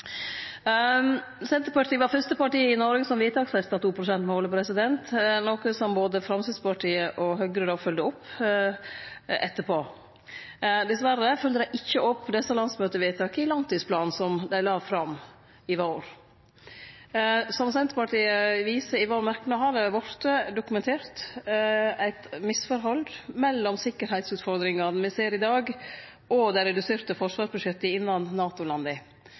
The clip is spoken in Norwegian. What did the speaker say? Senterpartiet var fyrste parti i Noreg som vedtaksfesta 2 pst.-målet, noko som både Framstegspartiet og Høgre fylgde opp etterpå. Dessverre fylgjer dei ikkje opp desse landsmøtevedtaka i langtidsplanen som dei la fram i vår. Som Senterpartiet viser i sin merknad, har det vorte dokumentert eit misforhold mellom sikkerheitsutfordringane me ser i dag, og dei reduserte forsvarsbudsjetta innan